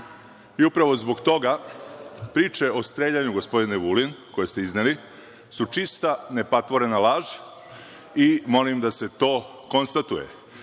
Upravo zbog toga priče o streljanju, gospodine Vulin, koje ste izneli su čista nepatvorena laž i molim da se to konstatuje. Nikada